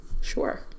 Sure